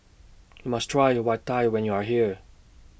YOU must Try Vadai when YOU Are here